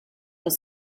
were